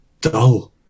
dull